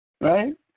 Right